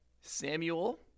Samuel